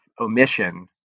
omission